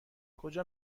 کجا